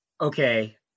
Okay